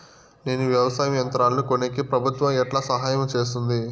నేను వ్యవసాయం యంత్రాలను కొనేకి ప్రభుత్వ ఎట్లా సహాయం చేస్తుంది?